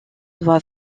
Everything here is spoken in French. doit